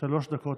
יותר.